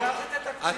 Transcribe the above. קח את התקציב